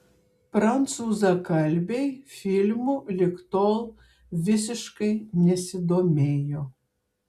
prancūzakalbiai filmu lig tol visiškai nesidomėjo